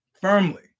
Firmly